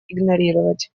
игнорировать